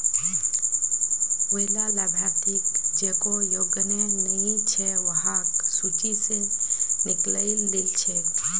वैला लाभार्थि जेको योग्य नइ छ वहाक सूची स निकलइ दिल छेक